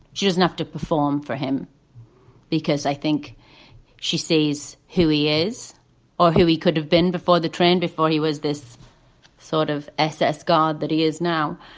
she doesn't have to perform for him because i think she sees who he is is or who he could have been before the train, before he was this sort of ss guard that he is now.